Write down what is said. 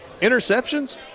interceptions